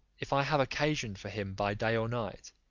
if i have occasion for him by day or night,